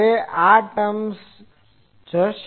હવે આ ટર્મ્સ જશે